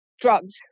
drugs